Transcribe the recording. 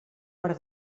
per